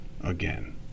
again